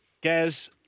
Gaz